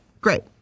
Great